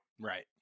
Right